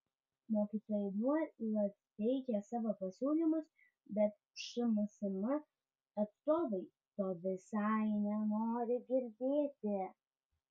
mokytojai nuolat teikia savo pasiūlymus bet šmsm atstovai to visai nenori girdėti